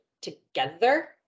together